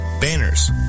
banners